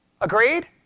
Agreed